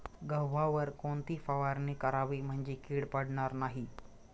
गव्हावर कोणती फवारणी करावी म्हणजे कीड पडणार नाही?